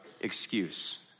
excuse